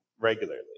regularly